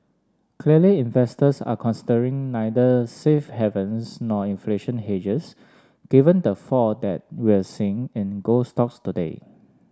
clearly investors are considering neither safe havens nor inflation hedges given the fall that we're seeing in gold stocks today